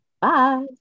Bye